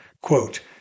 Quote